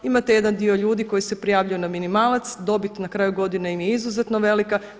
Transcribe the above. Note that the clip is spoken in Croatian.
Imate jedan dio ljudi koji se prijavljuje na minimalac, dobit na kraju godine im je izuzetno velika.